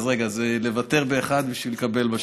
אז רגע, זה לוותר באחד בשביל לקבל בשני?